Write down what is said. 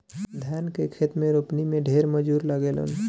धान के खेत में रोपनी में ढेर मजूर लागेलन